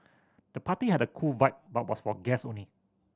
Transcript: the party had a cool vibe but was for guest only